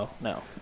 No